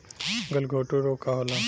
गलघोंटु रोग का होला?